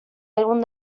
álbum